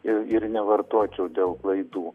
ir ir nevartočiau dėl klaidų